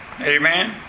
Amen